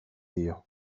dio